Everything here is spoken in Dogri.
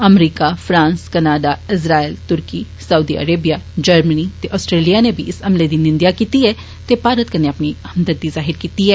अमरीका फ्रांस कनाडा इज़राइल तुर्की साउदी अरबिज़ जर्मनी ते आस्ट्रेलिया नै बी इस हमले दी निंदेआ कीती ऐ ते भारत कन्नै अपनी हमदर्दी जाह्र कीती ऐ